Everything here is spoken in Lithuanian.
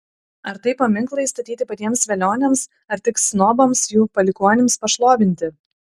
ar tai paminklai statyti patiems velioniams ar tik snobams jų palikuonims pašlovinti